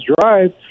drive